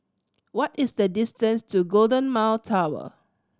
what is the distance to Golden Mile Tower